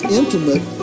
intimate